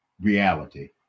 reality